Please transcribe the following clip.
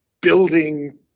building